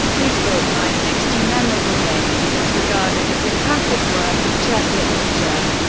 his book my sixty memorable games is regarded as a classic work of chess literature.